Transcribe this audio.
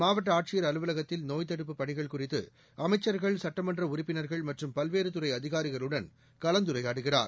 மாவட்ட ஆட்சியர் அலுவலகத்தில் நோய்த் தடுப்புப் பணிகள் குறித்து அமைச்சர்கள் சட்டமன்ற உறுப்பினர்கள் மற்றும் பல்வேறு துறை அதிகாரிகளுடன் கலந்துரையாடுகிறார்